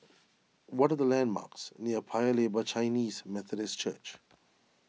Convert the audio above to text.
what are the landmarks near Paya Lebar Chinese Methodist Church